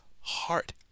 heart